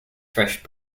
fresh